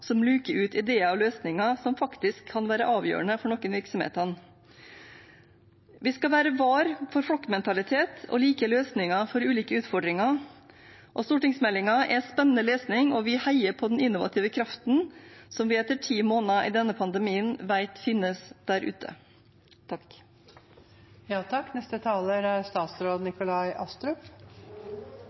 som luker ut ideer og løsninger som faktisk kan være avgjørende for noen virksomheter. Vi skal være vare for flokkmentalitet og like løsninger for ulike utfordringer. Stortingsmeldingen er spennende lesning, og vi heier på den innovative kraften som vi etter ti måneder i denne pandemien vet finnes der ute.